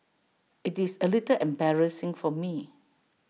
IT is A little embarrassing for me